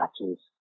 matches